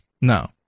No